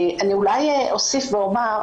אולי אני אוסיף ואומר,